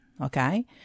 Okay